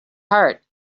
heart